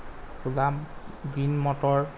bean motor